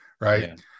right